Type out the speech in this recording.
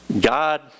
God